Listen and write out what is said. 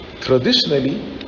traditionally